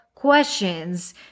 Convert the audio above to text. questions